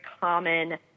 common